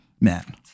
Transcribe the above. men